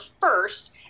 first